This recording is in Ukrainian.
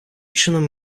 чином